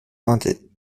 haunted